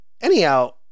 Anyhow